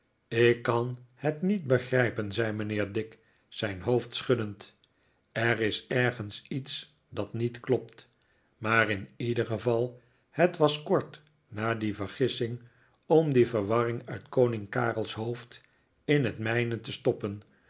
ik kan het niet begrijpen zei mijnheer dick zijn hoofd schuddend er is ergens iets dat niet klopt maar in ieder geval het was kort na die vergissing om die verwarring uit koning karel's hoofd in het mijne te stoppen